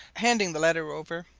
handing the letter over.